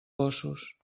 gossos